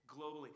globally